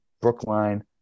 Brookline